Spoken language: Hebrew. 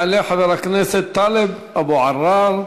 יעלה חבר הכנסת טלב אבו עראר,